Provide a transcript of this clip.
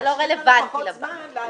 זה לא רלוונטי לבנקים.